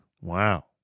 Wow